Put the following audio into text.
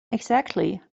exactly